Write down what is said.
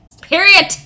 Period